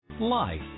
life